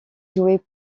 jouets